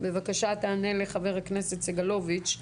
בבקשה תענה לחבר הכנסת סגלוביץ',